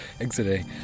exiting